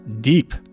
deep